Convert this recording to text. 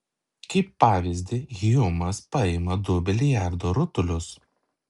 kaip pavyzdį hjumas paima du biliardo rutulius